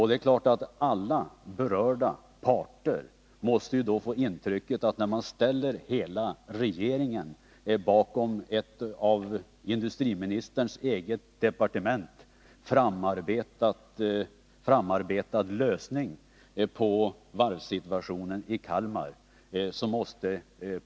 Det är klart att alla berörda parter måste ha fått intrycket att problematiken var löst — när hela regeringen ställde sig bakom en av industriministerns eget departement framarbetad lösning på varvssituationen i Kalmar.